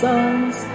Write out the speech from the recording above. Son's